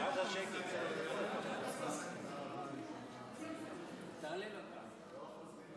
להשלים סיפור, היה מתח.